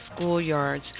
Schoolyards